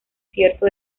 cierto